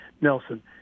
Nelson